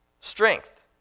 strength